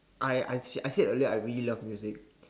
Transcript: I I said I said earlier I really love music